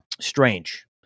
strange